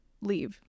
leave